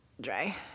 dry